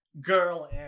girl